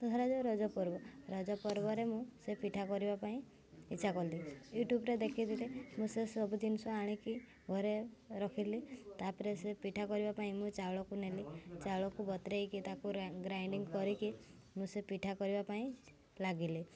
ତ ଧରାଯାଉ ରଜପର୍ବ ରଜପର୍ବରେ ମୁଁ ସେ ପିଠା କରିବା ପାଇଁ ଇଚ୍ଛା କଲି ୟୁଟ୍ୟୁବରେ ଦେଖିଦେଲେ ମୁଁ ସେ ସବୁ ଜିନିଷ ଆଣିକି ଘରେ ରଖିଲି ତା'ପରେ ସେ ପିଠା କରିବା ପାଇଁ ମୁଁ ଚାଉଳକୁ ନେଲି ଚାଉଳକୁ ବତୁରେଇକି ତାକୁ ଗ୍ରାଇଣ୍ଡିଙ୍ଗ କରିକି ମୁଁ ସେ ପିଠା କରିବା ପାଇଁ ଲାଗିଲି